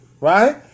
right